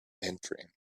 entering